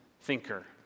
thinker